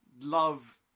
love